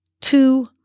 two